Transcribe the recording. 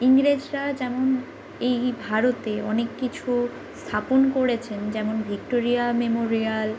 ইংরেজরা যেমন এই ভারতে অনেক কিছু স্থাপন করেছেন যেমন ভিক্টোরিয়া মেমোরিয়াল